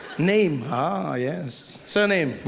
name, ah yes surname,